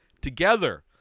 together